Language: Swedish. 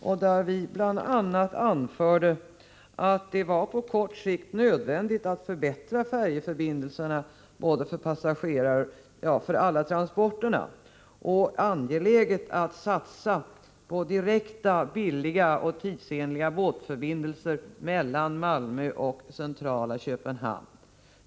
Vi säger bl.a. att det är på kort sikt nödvändigt att förbättra färjeförbindelserna för alla slag av transporter och det är angeläget att satsa på direkta, billiga och tidsenliga båtförbindelser mellan Malmö och centrala Köpenhamn.